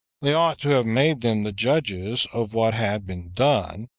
they ought to have made them the judges of what had been done,